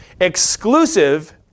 exclusive